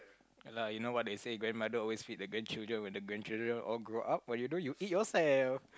ya lah you know what they say grandmother always hit the grandchildren when the grandchildren all grow up why you don't you hit yourself